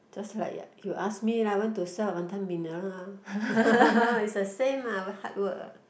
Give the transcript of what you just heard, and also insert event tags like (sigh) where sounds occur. just like your you ask me lah want to sell Wanton-Mee lah (laughs) is the same lah hard work ah